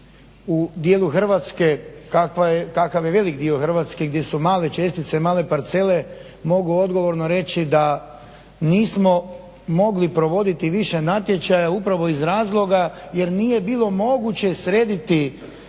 u dijelu Hrvatske, kakav je velik dio Hrvatske gdje su male čestice, male parcele mogu odgovorno reći da nismo mogli provoditi više natječaja upravo iz razloga jer nije bilo moguće srediti